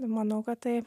manau kad taip